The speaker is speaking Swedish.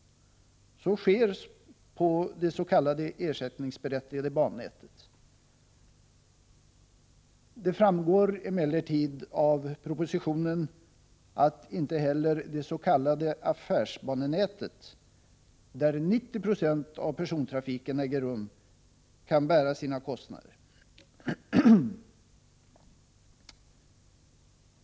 Så sker det på det s.k. ersättningsberättigade bannätet. Det framgår emellertid av propositionen att inte heller det s.k. affärsbanenätet, där 90 76 av persontrafiken äger rum, kan bära sina kostnader.